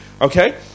Okay